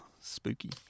spooky